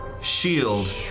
Shield